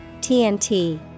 TNT